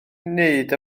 wneud